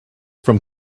from